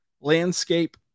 landscape